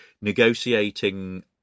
negotiating